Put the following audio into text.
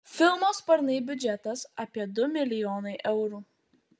filmo sparnai biudžetas apie du milijonai eurų